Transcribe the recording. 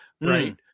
right